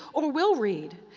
or will read,